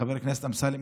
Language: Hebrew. חבר הכנסת אמסלם,